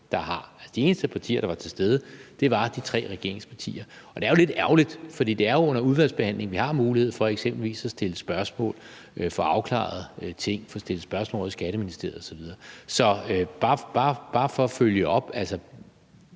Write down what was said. De eneste partier, der var til stede, var de tre regeringspartier, og det er lidt ærgerligt, for det er jo under udvalgsbehandlingen, vi har mulighed for eksempelvis at stille spørgsmål, få afklaret ting, få stillet spørgsmål ovre i Skatteministeriet osv. Så bare for at følge op vil